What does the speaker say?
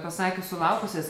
pasakius sulaukusias